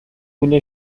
پول